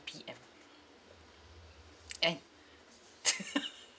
P_M and